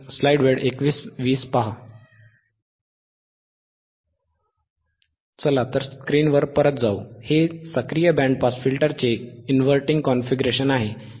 स्क्रीनवर परत जाऊ हे सक्रिय बँड पास फिल्टरचे इनव्हर्टिंग कॉन्फिगरेशन आहे